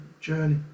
journey